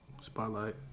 Spotlight